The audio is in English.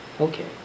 Okay